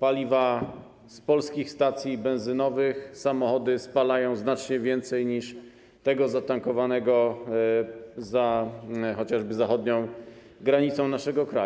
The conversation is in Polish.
paliwa z polskich stacji benzynowych samochody spalają znacznie więcej niż tego zatankowanego chociażby za zachodnią granicą naszego kraju.